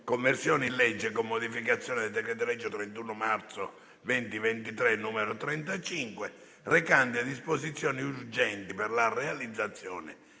Grazie